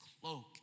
cloak